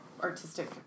artistic